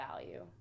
value